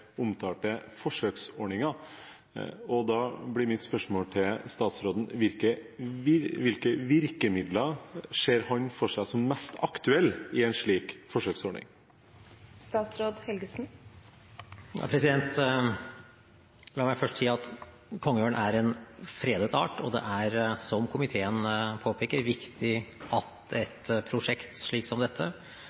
omtalte forsøksordningen, og da blir mitt spørsmål til statsråden: Hvilke virkemidler ser han for seg som mest aktuelle i en slik forsøksordning? La meg først si at kongeørn er en fredet art, og det er – som komiteen påpeker – viktig at et prosjekt som dette